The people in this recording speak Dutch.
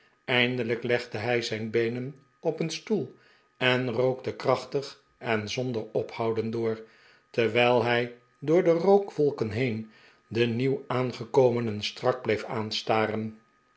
eindelijk legde hij zijn beenen op een stoel en rookte krachtig en zonder ophouden door terwijl hij door de rookwolken heen de nieuw aangekomenen strak bleef aanstaren